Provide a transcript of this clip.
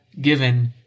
given